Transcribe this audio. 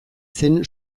zen